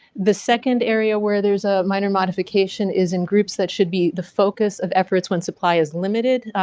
the second area where there's a minor modification is in groups that should be the focus of efforts when supply is limited.